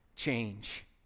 change